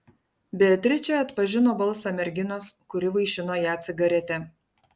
beatričė atpažino balsą merginos kuri vaišino ją cigarete